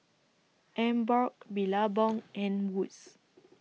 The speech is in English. Emborg Billabong and Wood's